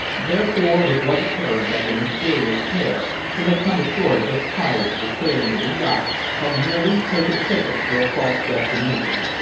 therefore it was apparent that the mysterious pair who had come ashore just prior to the sailing of the yacht had merely taken tickets for a false destination,